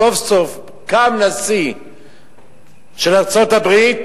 סוף-סוף קם הנשיא של ארצות-הברית,